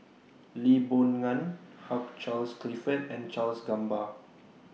Lee Boon Ngan Hugh Charles Clifford and Charles Gamba